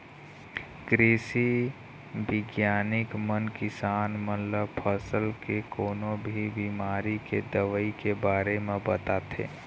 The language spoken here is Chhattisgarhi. कृषि बिग्यानिक मन किसान मन ल फसल के कोनो भी बिमारी के दवई के बारे म बताथे